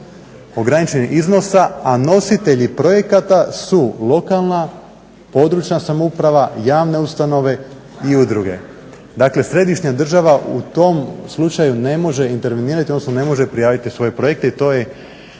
ograničenih iznosa a nositelji projekata su lokalna, područna samouprava, javne ustanove i udruge ,dakle središnja država u tom slučaju ne može intervenirati odnosno ne može prijaviti svoje projekte i to je